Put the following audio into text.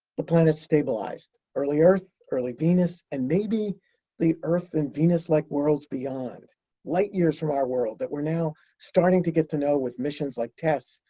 the planet stabilized. early earth, early venus, and maybe the earth and venus like worlds beyond light-years from our world that we're now starting to get to know with missions like tess,